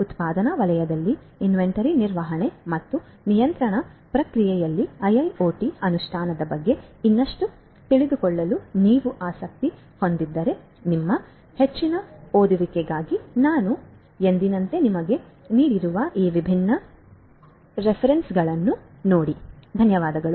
ಉತ್ಪಾದನಾ ವಲಯದಲ್ಲಿ ಇನ್ವೆಂಟರಿ ನಿರ್ವಹಣೆ ಮತ್ತು ನಿಯಂತ್ರಣ ಪ್ರಕ್ರಿಯೆಯಲ್ಲಿ ಐಐಒಟಿ ಅನುಷ್ಠಾನದ ಬಗ್ಗೆ ಇನ್ನಷ್ಟು ತಿಳಿದುಕೊಳ್ಳಲು ನೀವು ಆಸಕ್ತಿ ಹೊಂದಿದ್ದರೆ ನಿಮ್ಮ ಹೆಚ್ಚಿನ ಓದುವಿಕೆಗಾಗಿ ನಾನು ಎಂದಿನಂತೆ ನಿಮಗೆ ನೀಡಿರುವ ಈ ವಿಭಿನ್ನ ವ್ಯತ್ಯಾಸಗಳಲ್ಲಿ ಕೆಲವು